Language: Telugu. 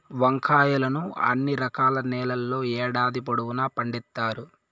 వంకాయలను అన్ని రకాల నేలల్లో ఏడాది పొడవునా పండిత్తారు